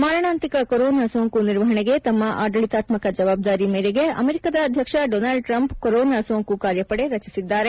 ಮಾರಣಾಂತಿಕ ಕೊರೋನಾ ಸೋಂಕು ನಿರ್ವಹಣೆಗೆ ತಮ್ಮ ಆಡಳಿತಾತ್ಕ ಜವಾಬ್ದಾರಿ ಮೇರೆಗೆ ಅಮೆರಿಕದ ಅಧ್ಯಕ್ಷ ಡೋನಾಲ್ಡ್ ಟ್ರಂಪ್ ಕೊರೋನಾ ಸೋಂಕು ಕಾರ್ಯಪಡೆ ರಚಿಸಿದ್ದಾರೆ